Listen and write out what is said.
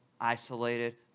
isolated